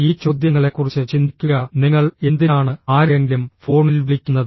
ഈ ചോദ്യങ്ങളെക്കുറിച്ച് ചിന്തിക്കുക നിങ്ങൾ എന്തിനാണ് ആരെയെങ്കിലും ഫോണിൽ വിളിക്കുന്നത്